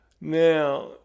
Now